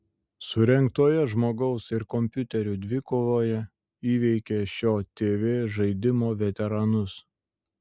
surengtoje žmogaus ir kompiuterio dvikovoje įveikė šio tv žaidimo veteranus